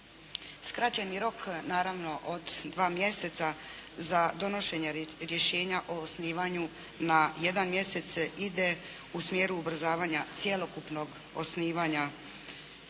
Skraćeni rok naravno od dva mjeseca za donošenje rješenja o osnivanju na jedan mjesec se ide u smjeru ubrzavanja cjelokupnog osnivanja,